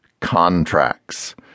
Contracts